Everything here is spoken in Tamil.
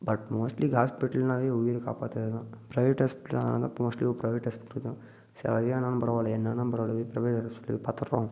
பட் மோஸ்ட்லி ஹாஸ்பிட்டல்னால் உயிரை காப்பாற்றுறதுதான் ப்ரைவேட் ஹாஸ்பிட்டல் அதனால தான் மோஸ்ட்லி ப்ரைவேட் ஹாஸ்பிட்டல் தான் சரியானாலும் பரவாயில்ல என்ன ஆனாலும் பரவாயில்ல வீட்டில் போய் பார்த்துக்கலாம்